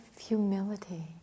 humility